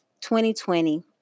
2020